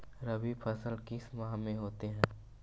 रवि फसल किस माह में होते हैं?